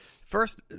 First